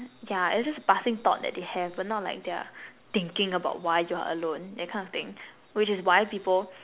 yeah it's just passing thought that they have but not like they're thinking about why you're alone that kind of thing which is why people